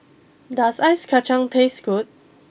does Ice Kacang taste good